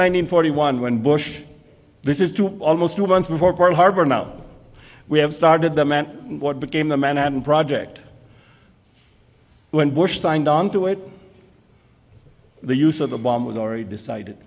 hundred forty one when bush this is two almost two months before pearl harbor no we have started them and what became the manhattan project when bush signed onto it the use of the bomb was already decided